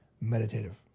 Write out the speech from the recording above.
meditative